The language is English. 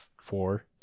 four